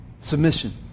Submission